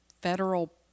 federal